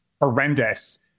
horrendous